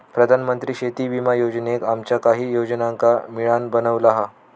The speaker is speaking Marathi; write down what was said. प्रधानमंत्री शेती विमा योजनेक मागच्या काहि योजनांका मिळान बनवला हा